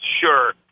sure